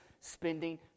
spending